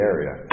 Area